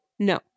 no